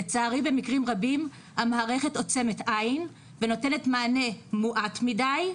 לצערי במקרים רבים המערכת עוצמת עין ונותנת מענה מועט מדי,